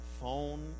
phone